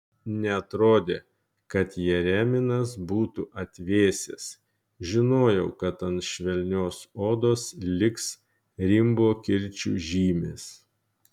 neatrodė kad jeremijas būtų atvėsęs žinojau kad ant švelnios odos liks rimbo kirčių žymės